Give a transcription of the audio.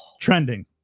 trending